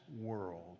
world